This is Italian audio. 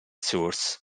source